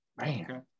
Man